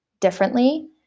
differently